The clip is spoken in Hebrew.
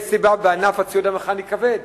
יש סיבה בענף הציוד המכני הכבד